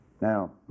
Now